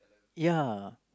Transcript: ya